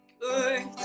good